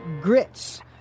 grits